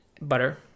butter